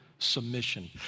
Submission